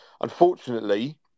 unfortunately